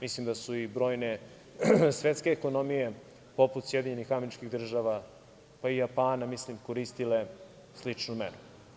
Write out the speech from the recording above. Mislim da su i brojne svetske ekonomije, poput SAD, pa i Japana, mislim, koristile sličnu meru.